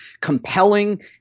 compelling